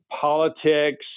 politics